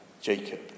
Jacob